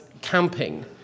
camping